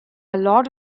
lot